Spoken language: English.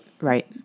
Right